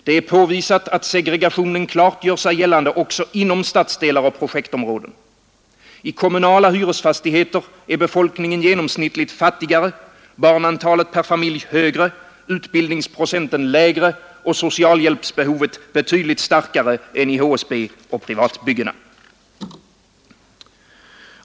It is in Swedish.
Det är påvisat att segregationen klart gör sig gällande också inom stadsdelar och projektområden. I kommunala hyresfastigheter är befolkningen genomsnittligt fattigare, barnantalet per familj högre, utbildningsprocenten lägre och socialhjälpsbehovet betydligt starkare än i HSB och privatbyggena.